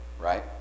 right